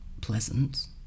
pleasant